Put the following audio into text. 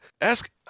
ask